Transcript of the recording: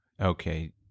Okay